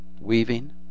weaving